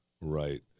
Right